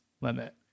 limit